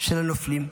של הנופלים,